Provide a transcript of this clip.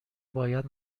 باید